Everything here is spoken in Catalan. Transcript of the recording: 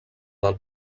del